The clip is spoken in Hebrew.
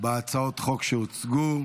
בהצעות החוק שהוצגו.